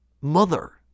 Mother